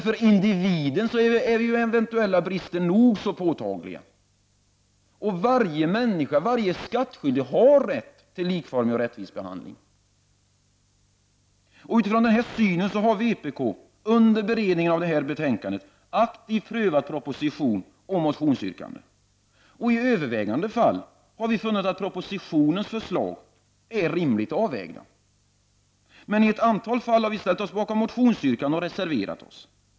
För individen är dock eventuella brister nog så påtagliga. Varje människa, varje skattskyldig, har rätt till likformig och rättvis behandling. Utifrån denna syn har vpk under beredningen av detta betänkande aktivt prövat proposition och motionsyrkande. I övervägande antalet fall har vi funnit att propositionens förslag är rimligt avvägda. I ett antal fall har vi ställt oss bakom motionsyrkanden och reserverat oss.